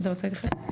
אתה רוצה להתייחס?